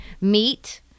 meat